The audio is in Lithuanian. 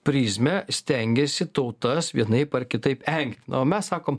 prizmę stengiasi tautas vienaip ar kitaip engti na o mes sakom